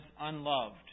unloved